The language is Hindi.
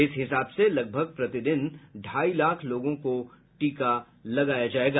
इस हिसाब से लगभग प्रतिदिन ढाई लाख लोगों को टीका लगाया जायेगा